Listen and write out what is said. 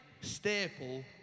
staple